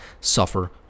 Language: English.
suffer